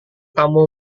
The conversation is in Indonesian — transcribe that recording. kamu